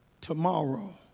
tomorrow